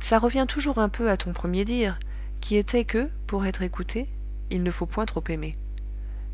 ça revient toujours un peu à ton premier dire qui était que pour être écouté il ne faut point trop aimer